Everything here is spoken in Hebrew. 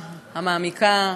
המעמיקה,